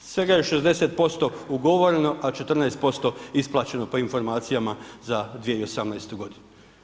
Svega je 60% ugovoreno, a 14% isplaćeno po informacijama za 2018. godinu.